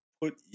put